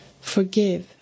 Forgive